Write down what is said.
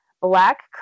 Black